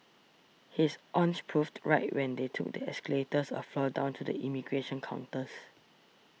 his hunch proved right when they took the escalators of floor down to the immigration counters